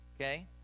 Okay